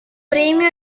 premio